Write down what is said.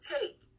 take